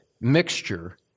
mixture